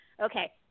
Okay